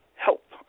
help